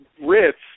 Ritz